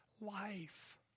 life